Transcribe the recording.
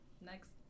next